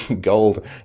gold